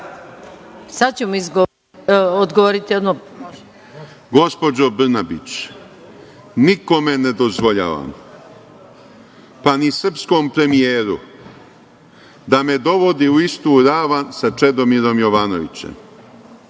Šešelj** Gospođo Brnabić, nikome ne dozvoljavam, pa ni srpskom premijeru, da me dovodi u istu ravan sa Čedomirom Jovanovićem.